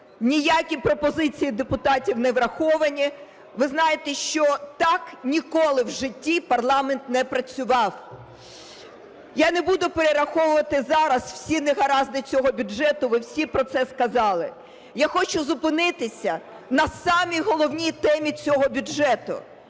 ніякі пропозиції депутатів не враховані. Ви знаєте, що так ніколи в житті парламент не працював. Я не буду перераховувати зараз всі негаразди цього бюджету, ви всі про це сказали. Я хочу зупинитися на самій головній темі цього бюджету